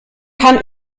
kann